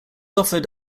offered